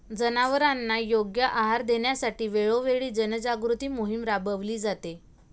जनावरांना योग्य आहार देण्यासाठी वेळोवेळी जनजागृती मोहीम राबविली जाते